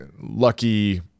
lucky